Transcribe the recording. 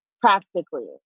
practically